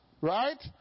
right